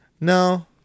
No